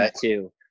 two